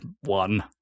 one